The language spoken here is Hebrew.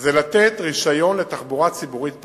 היא לתת רשיון לתחבורה ציבורית פרטית.